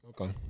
Okay